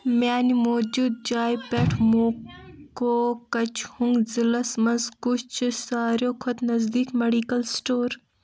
میٛانہِ موٗجوٗد جایہِ پٮ۪ٹھ موکوکچہُنٛگ ضِلعس مَنٛز کُس چھُ سارِوٕے کھۅتہٕ نٔزدیٖک میڈیکل سِٹور